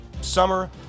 summer